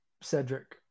Cedric